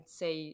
say